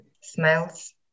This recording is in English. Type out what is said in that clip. smells